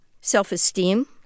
Self-esteem